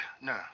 no